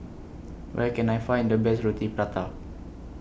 Where Can I Find The Best Roti Prata